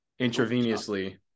intravenously